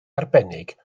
arbennig